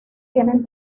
tienen